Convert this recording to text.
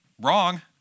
Wrong